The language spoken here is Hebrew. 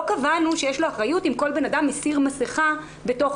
לא קבענו שיש לו אחריות אם כל בן אדם מסיר מסכה בחנות.